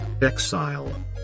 exile